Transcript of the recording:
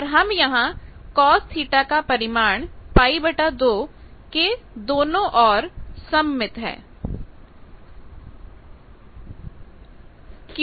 और हम यहां cosθ का परिमाण π2 के दोनों ओर सममित है